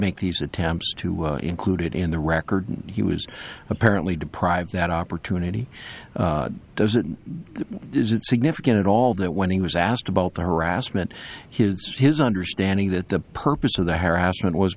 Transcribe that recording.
make these attempts to include it in the record he was apparently deprived that opportunity doesn't is it significant at all that when he was asked about the harassment his his understanding that the purpose of the harassment was